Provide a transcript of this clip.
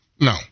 No